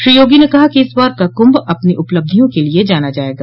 श्री योगी ने कहा कि इस बार का कुंभ अपनी उपलब्धियों के लिये जाना जायेगा